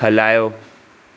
हलायो